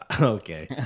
okay